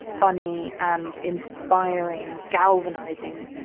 funny and inspiring, galvanizing,